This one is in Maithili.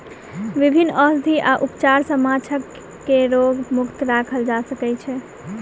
विभिन्न औषधि आ उपचार सॅ माँछ के रोग मुक्त राखल जा सकै छै